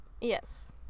yes